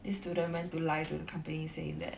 this student went to lie to the company saying that